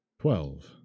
Twelve